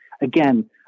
Again